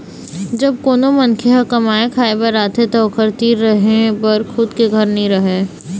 जब कोनो मनखे ह कमाए खाए बर आथे त ओखर तीर रहें बर खुद के घर नइ रहय